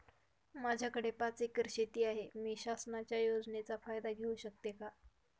माझ्याकडे पाच एकर शेती आहे, मी शासनाच्या योजनेचा फायदा घेऊ शकते का?